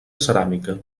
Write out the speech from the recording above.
ceràmica